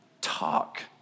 talk